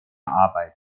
arbeit